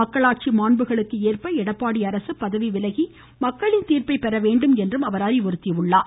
மக்களாட்சி மாண்புகளுக்கு ஏற்ப எடப்பாடி அரசு பதவி விலகி மக்களின் தீர்ப்பை பெற வேண்டும் என்றும் அறிவுறுத்தியுள்ளார்